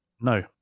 No